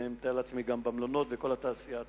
ואני מתאר לעצמי שגם במלונות ובתעשייה עצמה.